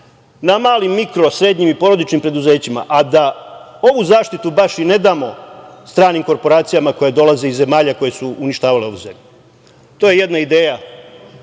na malim, mikro i srednjim i porodičnim preduzećima, a da ovu zaštitu baš i ne damo stranim korporacijama koje dolaze iz zemalja koje su uništavale ovu zemlju. To je jedna ideja